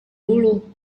dulu